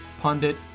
Pundit